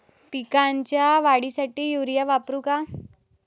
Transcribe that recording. पिकाच्या वाढीसाठी युरिया वापरू का?